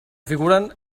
figuren